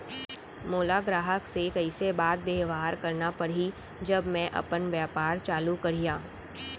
मोला ग्राहक से कइसे बात बेवहार करना पड़ही जब मैं अपन व्यापार चालू करिहा?